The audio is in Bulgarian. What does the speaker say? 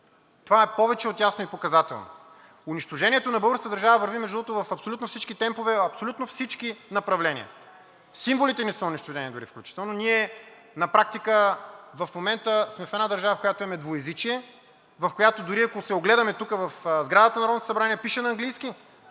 това е повече от ясно и показателно. Унищожението на българската държава върви, между другото, в абсолютни всички темпове, в абсолютно всички направления. Символите ни са унищожени дори включително. Ние на практика в момента сме в една държава, в която имаме двуезичие, в която, дори, ако се огледаме тук в сградата на Народното събрание, пише на английски,